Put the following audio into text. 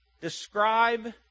describe